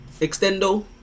extendo